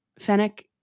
Fennec